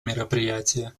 мероприятия